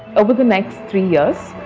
over the next three years,